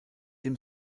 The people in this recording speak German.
dem